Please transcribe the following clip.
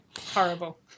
Horrible